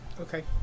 okay